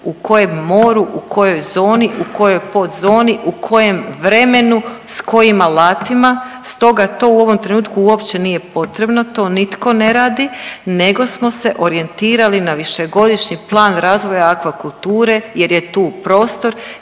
u kojem moru, u kojoj zoni, u kojoj podzoni, u kojem vremenu, s kojim alatima, stoga to u ovom trenutku uopće nije potrebno, to nitko ne radi nego smo se orijentirali na višegodišnji plan razvoja akvakulture jer je tu prostor,